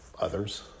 others